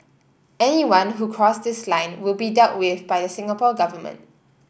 anyone who cross this line will be dealt with by the Singapore Government